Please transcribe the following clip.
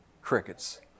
Crickets